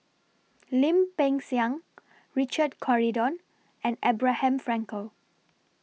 Lim Peng Siang Richard Corridon and Abraham Frankel